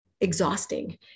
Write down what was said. Exhausting